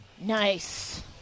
Nice